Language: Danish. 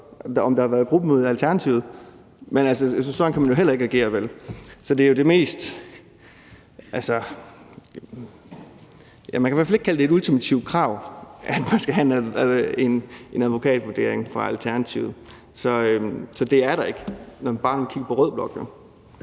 om der har været gruppemøde i Alternativet. Men sådan kan man jo heller ikke agere, vel? Altså, man kan i hvert fald ikke kalde det et ultimativt krav fra Alternativet, at man skal have en advokatvurdering. Så det flertal er der jo ikke, når man bare kigger på rød blok.